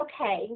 okay